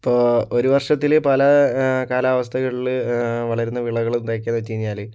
ഇപ്പോൾ ഒരു വർഷത്തിൽ പല കാലാവസ്ഥകളിൽ വളരുന്ന വിളകൾ എന്തൊക്കെയാണെന്ന് വച്ചു കഴിഞ്ഞാൽ